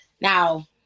Now